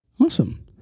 Awesome